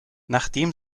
nachdem